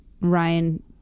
Ryan